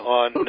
on